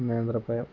നേന്ത്ര പഴം